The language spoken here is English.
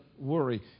worry